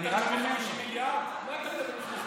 על מה אתה מדבר?